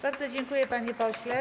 Bardzo dziękuję, panie pośle.